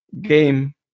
game